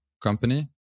company